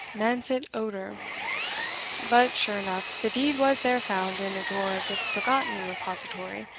mansit odor but, sure enough, the deed was there found in a drawer of this forgotten repository,